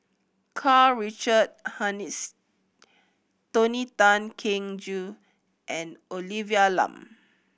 Karl Richard Hanitsch Tony Tan Keng Joo and Olivia Lum